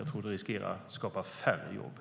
Jag tror att det riskerar att skapa färre jobb.